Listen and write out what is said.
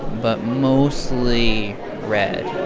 but mostly red,